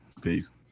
Peace